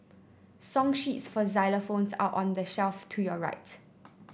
song sheets for xylophones are on the shelf to your right